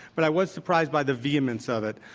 but i was surprised by the vehemence of it.